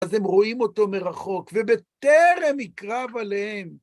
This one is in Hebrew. אז הם רואים אותו מרחוק, ובטרם יקרב עליהם.